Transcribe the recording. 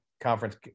conference